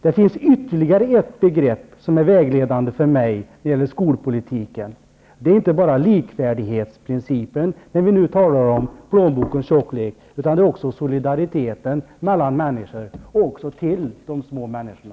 Det finns ytterligare ett begrepp som är vägledande för mig när det gäller skolpolitiken. Det är inte bara likvärdighetsprincipen, när vi nu talar om plånbokens tjocklek utan det är också solidariteten mellan människor, också till de små människorna.